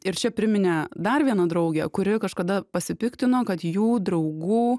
ir čia priminė dar vieną draugę kuri kažkada pasipiktino kad jų draugų